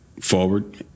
forward